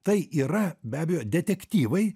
tai yra be abejo detektyvai